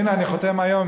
הנה, אני חותם היום.